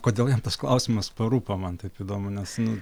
kodėl jam tas klausimas parūpo man taip įdomu nes nu